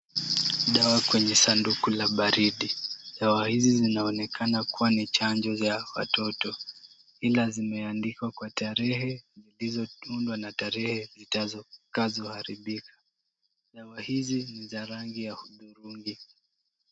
Dawa kwenye sanduku la baridi. Dawa hizi zinaonekana kuwa ni chanjo za watoto, ila zimeandikwa kwa tarehe zilizoundwa na tarehe zitazo haribika. Dawa hizi ni za rangi ya hudhurungi.